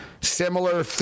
similar